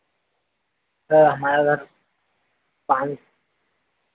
हमारा घर पाँच